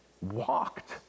walked